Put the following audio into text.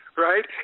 Right